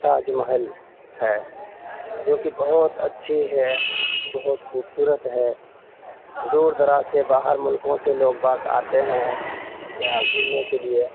تاج محل ہے جو کہ بہت اچھی ہے بہت خوبصورت ہے دور دراز سے باہر ملکوں سے لوگ آتے ہیں یہاں گھومنے کے لیے